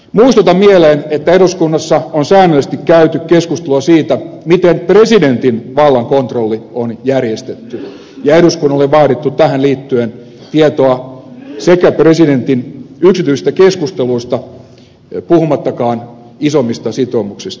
muistutan mieleen että eduskunnassa on säännöllisesti käyty keskustelua siitä miten presidentin vallan kontrolli on järjestetty ja eduskunnalle on vaadittu tähän liittyen tietoa presidentin yksityisistä keskusteluista puhumattakaan isommista sitoumuksista